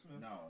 No